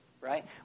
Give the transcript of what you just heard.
right